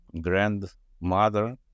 grandmother